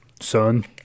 Son